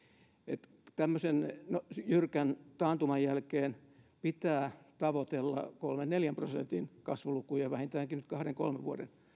että tämmöisen jyrkän taantuman jälkeen pitää tavoitella kolmen viiva neljän prosentin kasvulukuja vähintäänkin nyt kahden kolmen vuoden